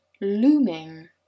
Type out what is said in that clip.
looming